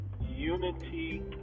unity